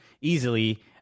easily